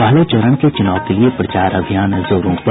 पहले चरण के चुनाव के लिए प्रचार अभियान जोरों पर